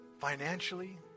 financially